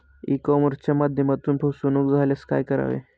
E कॉमर्सच्या माध्यमातून फसवणूक झाल्यास काय करावे?